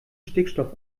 stickstoff